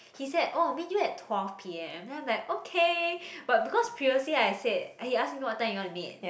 he said oh meet you at twelve P_M then I'm like okay but because previously I said he ask me what time you want to meet